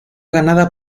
ganada